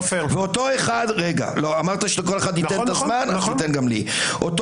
עופר --- אמרת שלכל אחד תיתן את הזמן,